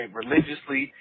religiously